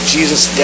Jesus